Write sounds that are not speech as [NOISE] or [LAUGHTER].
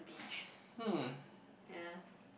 [BREATH] hmm